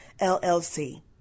LLC